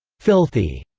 filthy,